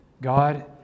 God